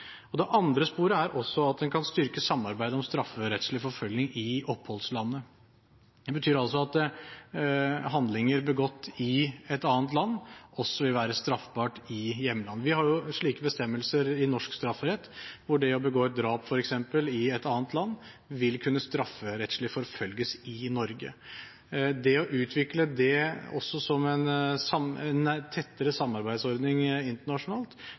Det andre sporet er at en kan styrke samarbeidet om strafferettslig forfølging i oppholdslandet. Det betyr altså at handlinger begått i et annet land, også vil være straffbart i hjemlandet. Vi har jo slike bestemmelser i norsk strafferett, hvor det å begå f.eks. et drap i et annet land vil kunne strafferettslig forfølges i Norge. Å utvikle også det som en tettere samarbeidsordning internasjonalt,